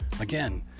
again